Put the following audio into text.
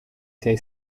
sei